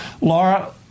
Laura